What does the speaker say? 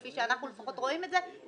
כפי שאנחנו לפחות רואים את זה,